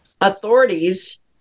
authorities